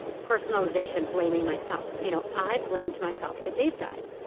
personalization, blaming myself. you know i blamed myself that dave died.